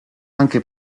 anche